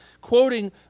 quoting